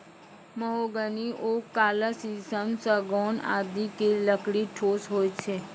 mahogany, oak, काला शीशम, सागौन आदि के लकड़ी ठोस होय छै